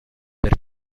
per